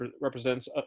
Represents